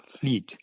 fleet